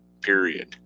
period